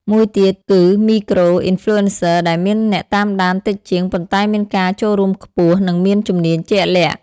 មួយទៀតគឺ Micro-Influencers ដែលមានអ្នកតាមដានតិចជាង ប៉ុន្តែមានការចូលរួមខ្ពស់ និងមានជំនាញជាក់លាក់។